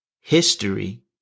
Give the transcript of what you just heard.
History